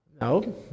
No